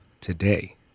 today